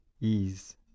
ease